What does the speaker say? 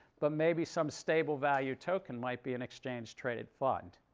but maybe some stable value token might be an exchange traded fund.